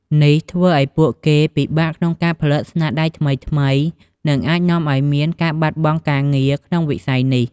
នេះធ្វើឱ្យពួកគេពិបាកក្នុងការផលិតស្នាដៃថ្មីៗ និងអាចនាំឱ្យមានការបាត់បង់ការងារក្នុងវិស័យនេះ។